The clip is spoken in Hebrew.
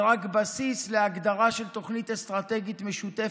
זה רק בסיס להגדרה של תוכנית אסטרטגית משותפת,